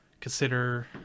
consider